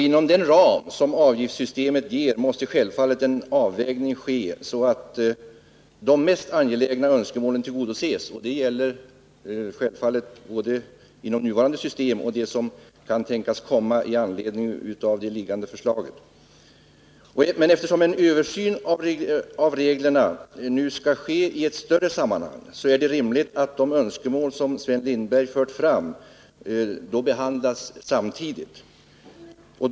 Inom den ram som avgiftssystemet ger måste självfallet en sådan avvägning göras att de mest angelägna önskemålen tillgodoses. 3 Det gäller självfallet inom både nuvarande system och det som kan tänkas komma i anledning av det vilande förslaget. Eftersom en översyn av reglerna nu skall ske i ett större sammanhang, är det rimligt att de önskemål som Sven Lindberg fört fram behandlas samtidigt med denna.